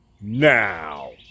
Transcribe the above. Now